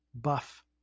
buff